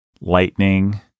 lightning